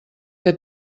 que